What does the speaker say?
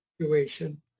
situation